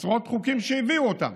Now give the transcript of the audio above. עשרות חוקים שהביאו אותם